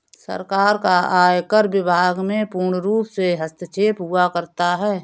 सरकार का आयकर विभाग में पूर्णरूप से हस्तक्षेप हुआ करता है